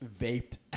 vaped